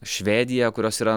švedija kurios yra